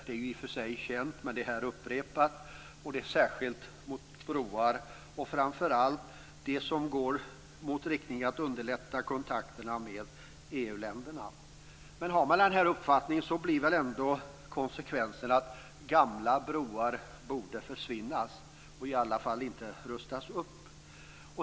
Det är i och för sig känt, och det har upprepats, att motståndet är riktat särskilt mot broar och framför allt mot sådant som går i den riktningen att det skall underlätta kontakterna med EU-länderna. Har man den uppfattningen blir konsekvensen väl ändå att gamla broar borde försvinna och i alla fall inte rustas upp.